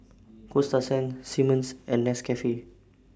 Coasta Sands Simmons and Nescafe